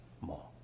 more